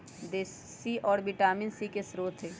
देशी औरा vitamin C के स्रोत हई